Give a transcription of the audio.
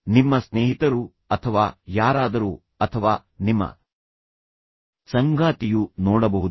ನಿಮ್ಮ ಸ್ನೇಹಿತರು ಅಥವಾ ಯಾರಾದರೂ ಅಥವಾ ನಿಮ್ಮ ಸಂಗಾತಿಯು ನೋಡಬಹುದು